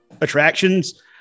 attractions